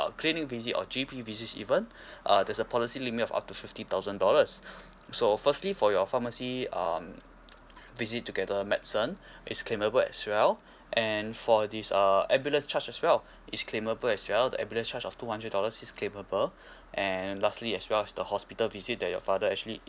uh clinic visit or G_P visit even uh there's a policy limit of up to fifty thousand dollars so firstly for your pharmacy um visit together medicine is claimable as well and for this uh ambulance charge as well it's claimable as well the ambulance charge of two hundred dollars is claimable and lastly as well as the hospital visit that your father actually